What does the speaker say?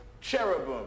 cherubim